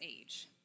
age